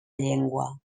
llengua